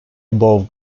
above